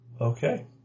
Okay